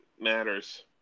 matters